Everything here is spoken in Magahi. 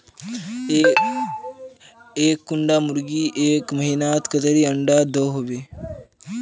एक कुंडा मुर्गी एक महीनात कतेरी अंडा दो होबे?